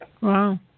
Wow